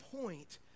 point